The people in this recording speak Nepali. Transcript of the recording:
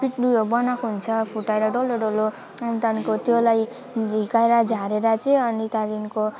पिट्नु बनाएको हुन्छ फुटाएर डल्लो डल्लो अनि त्यहाँको त्यसलाई हिर्काएर झारेर चाहिँ अनि त्यहाँदेखिको